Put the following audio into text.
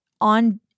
on